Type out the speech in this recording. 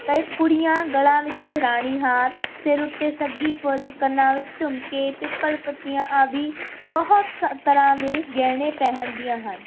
ਕੁੜੀਆਂ ਗਲਾਂ ਵਿੱਚ ਰਾਣੀਹਾਰ ਸਿਰ ਉੱਤੇ ਸੱਗੀ ਫੁੱਲ ਕੰਨਾਂ ਵਿੱਚ ਝੁਮਕੇ ਪਿੱਪਲ ਪੱਤੀਆਂ ਆਦਿ ਬਹੁਤ ਸ ਤਰ੍ਹਾਂ ਦੇ ਗਹਿਣੇ ਪਹਿਨਦੀਆਂ ਹਨ